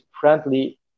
friendly